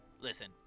Listen